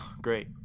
Great